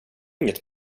inget